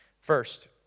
first